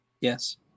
Yes